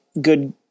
good